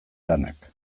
lanak